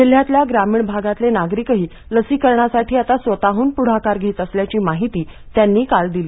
जिल्ह्यातल्या ग्रामीण भागातले नागरिकही लसीकरणासाठी आता स्वतःहून पुढाकार घेत असल्याची माहिती त्यांनी काल दिली